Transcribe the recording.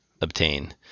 obtain